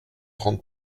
trente